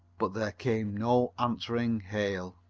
but there came no answering hail.